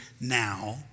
now